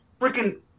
Freaking